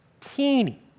teeny